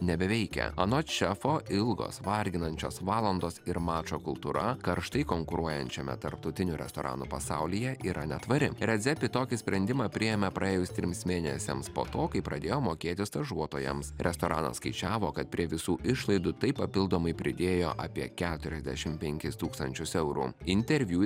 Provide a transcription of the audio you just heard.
nebeveikia anot šefo ilgos varginančios valandos ir mačo kultūra karštai konkuruojančiame tarptautinių restoranų pasaulyje yra netvari redzepi tokį sprendimą priėmė praėjus trims mėnesiams po to kai pradėjo mokėti stažuotojams restoranas skaičiavo kad prie visų išlaidų tai papildomai pridėjo apie keturiasdešim penkis tūkstančius eurų interviu